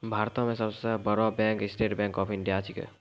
भारतो मे सब सं बड़ो bank State Bank of India छिकै